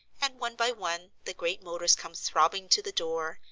and one by one the great motors come throbbing to the door,